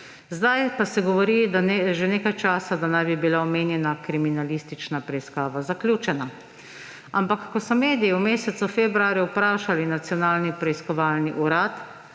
Zdaj pa se govori že nekaj časa, da naj bi bila omenjena kriminalistična preiskava zaključena. Ampak ko so mediji v mesecu februarju vprašali Nacionalni preiskovalni urad,